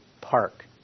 park